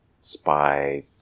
spy